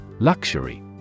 Luxury